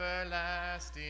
everlasting